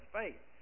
faith